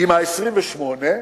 עם ה-28%,